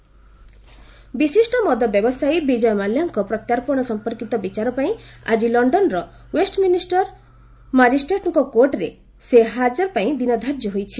Mallya extradition ବିଶିଷ୍ଟ ମଦ ବ୍ୟବସାୟୀ ବିଜୟ ମାଲ୍ୟାଙ୍କ ପ୍ରତ୍ୟାର୍ପଣ ସମ୍ପର୍କୀତ ବିଚାର ପାଇଁ ଆଜି ଲଣ୍ଡନର ଓ୍ୱେଷ୍ଟମିନିଷ୍ଟର ମାଜିଷ୍ଟ୍ରେଟଙ୍କ କୋର୍ଟରେ ସେ ହାଜର ପାଇଁ ଦିନଧାର୍ଯ୍ୟ ହୋଇଛି